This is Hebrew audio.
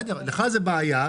לדעתך זאת בעיה.